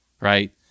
right